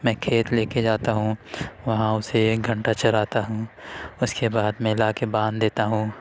میں کھیت لے کے جاتا ہوں وہاں اسے ایک گھنٹہ چراتا ہوں اس کے بعد میں لا کے باندھ دیتا ہوں